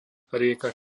rieka